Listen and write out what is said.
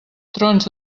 trons